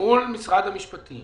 מול משרד המשפטים